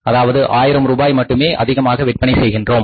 அதாவது 1000 ரூபாய் மட்டுமே அதிகமாக விற்பனை செய்கின்றோம்